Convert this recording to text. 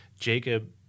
Jacob